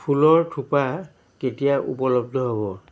ফুলৰ থোপা কেতিয়া উপলব্ধ হ'ব